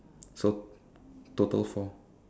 so total four